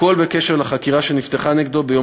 והכול בקשר לחקירה שנפתחה נגדו ביום